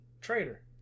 traitor